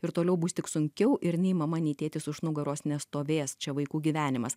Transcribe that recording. ir toliau bus tik sunkiau ir nei mama nei tėtis už nugaros nestovės čia vaikų gyvenimas